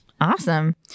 Awesome